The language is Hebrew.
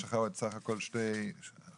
יש לך עוד סך הכול שלושה שקפים.